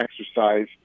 exercise